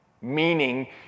meaning